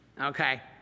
Okay